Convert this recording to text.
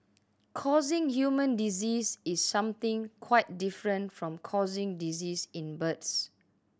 causing human disease is something quite different from causing disease in birds